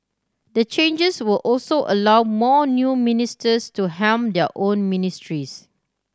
the changes will also allow more new ministers to helm their own ministries